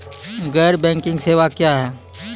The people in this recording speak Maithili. गैर बैंकिंग सेवा क्या हैं?